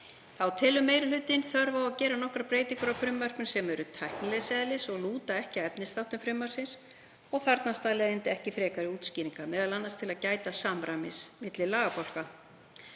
Þá telur meiri hlutinn þörf á að gera nokkrar breytingar á frumvarpinu sem eru tæknilegs eðlis en lúta ekki að efnisþáttum frumvarpsins og þarfnast þar af leiðandi ekki frekari útskýringa, m.a. til að gæta samræmis milli lagabálka.